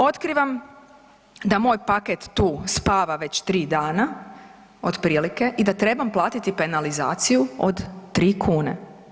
Otkrivam da moj paket tu spava već tri dana otprilike i da trebam platiti penalizaciju od tri kune.